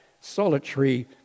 solitary